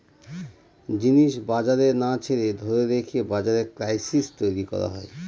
জিনিস বাজারে না ছেড়ে ধরে রেখে বাজারে ক্রাইসিস তৈরী করা হয়